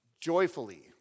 joyfully